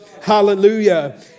Hallelujah